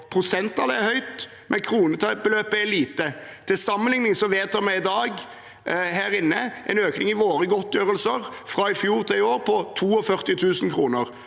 Prosenttallet er høyt, men kronebeløpet er lite. Til sammenligning vedtar vi her i dag en økning i våre godtgjørelser fra i fjor til i år på 42 000 kr.